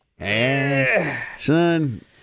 Son